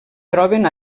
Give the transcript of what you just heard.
troben